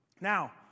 Now